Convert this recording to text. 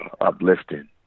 uplifting